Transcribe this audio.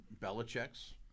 Belichick's